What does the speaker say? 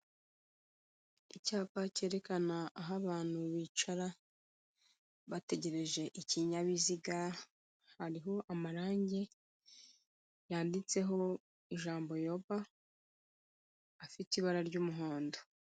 Icyapa kerekana aho abantu bicara, bategereje ikinyabiziga, hariho amarange yanditseho ijambo yoba, afite ibara ry'umuhondo.